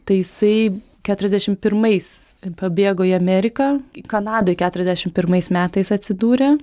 tai jisai keturiasdešim pirmais pabėgo į ameriką kanadoj keturiasdešim pirmais metais atsidūrė